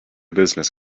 business